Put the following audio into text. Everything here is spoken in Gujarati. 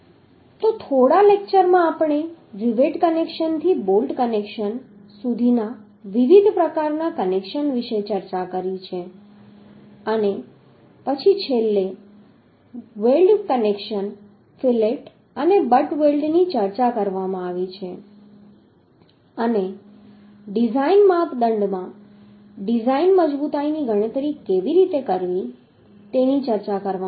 તો થોડા લેક્ચરમાં આપણે રિવેટ કનેક્શન થી બોલ્ટ કનેક્શન સુધીના વિવિધ પ્રકારના કનેક્શન વિશે ચર્ચા કરી છે અને પછી છેલ્લે વેલ્ડ કનેક્શન ફીલેટ અને બટ વેલ્ડની ચર્ચા કરવામાં આવી છે અને ડિઝાઇન માપદંડમાં ડિઝાઇન મજબૂતાઈની ગણતરી કેવી રીતે કરવી તેની ચર્ચા કરવામાં આવી છે